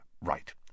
Right